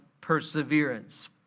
perseverance